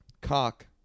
cock